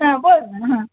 हां बोल ना हां